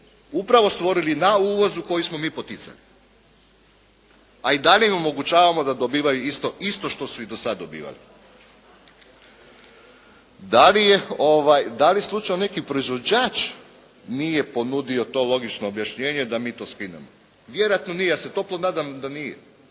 upravo stvorili na uvozu koji smo mi poticali. A i dalje im omogućavamo da dobivaju isto što su i do sada dobivali. Da li slučajno neki proizvođač nije ponudio to logično objašnjenje da mi to skinemo. Vjerojatno nije, ja se toplo nadam da nije.